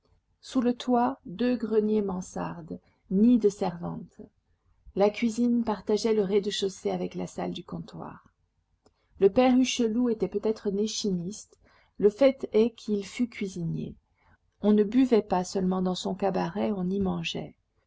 sous le toit deux greniers mansardes nids de servantes la cuisine partageait le rez-de-chaussée avec la salle du comptoir le père hucheloup était peut-être né chimiste le fait est qu'il fut cuisinier on ne buvait pas seulement dans son cabaret on y mangeait